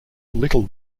little